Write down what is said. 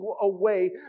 away